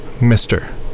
Mister